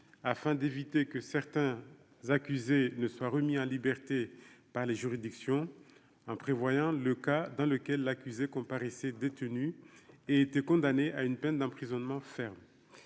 afin d'éviter que certains accusés ne soit remis en liberté par les juridictions en prévoyant le cas dans lequel l'accusé comparaissait détenu et était condamné à une peine d'emprisonnement ferme,